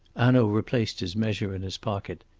hanaud replaced his measure in his pocket.